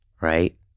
right